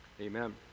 Amen